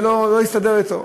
זה לא הסתדר לו.